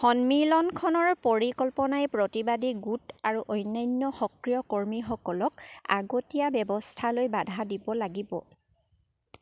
সন্মিলনখনৰ পৰিকল্পনাই প্ৰতিবাদী গোট আৰু অন্যান্য সক্ৰিয় কৰ্মীসকলক আগতীয়া ব্যৱস্থা লৈ বাধা দিব লাগিব